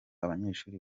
abanyeshuri